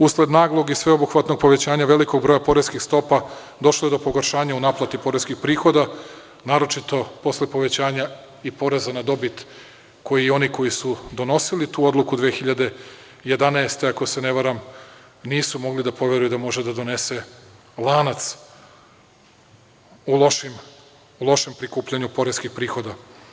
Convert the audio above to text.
Usled naglog i sveobuhvatnog povećanja velikog broja poreskih stopa došlo je do pogoršanja u naplati poreskih prihoda, naročito posle povećanja i poreza na dobit koji i oni koji su donosili tu odluku 2011. godine, ako se ne varam, nisu mogli da poveruju da može da donese lanac u lošem prikupljanju poreskih prihoda.